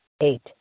Eight